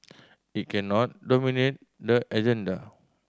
it cannot dominate the agenda